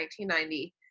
1990